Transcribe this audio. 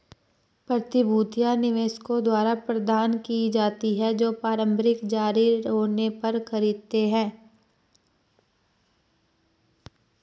प्रतिभूतियां निवेशकों द्वारा प्रदान की जाती हैं जो प्रारंभिक जारी होने पर खरीदते हैं